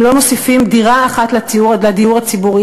הם לא מוסיפים דירה אחת לדיור הציבורי